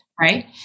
Right